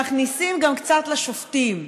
מכניסים גם קצת לשופטים,